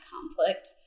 conflict